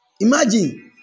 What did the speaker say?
Imagine